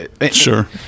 sure